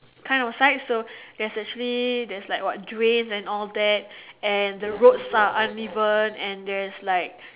kind of side so there's actually there's like what drain and all that and the roads are uneven and there's like